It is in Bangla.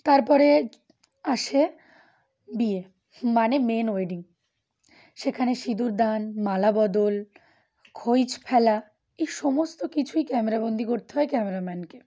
তারপরে আসে বিয়ে মানে মেন ওয়েডিং সেখানে সিঁদুর দান মালা বদল খোইচ ফেলা এই সমস্ত কিছুই ক্যামেরাবন্দি করতে হয় ক্যামেরাম্যানকে